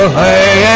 hey